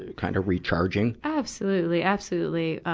kind of recharging? absolutely! absolutely.